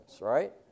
right